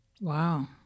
Wow